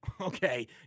okay